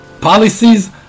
policies